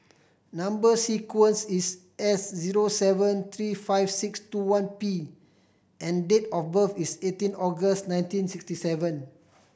number sequence is S zero seven three five six two one P and date of birth is eighteen August nineteen sixty seven